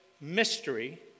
mystery